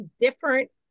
different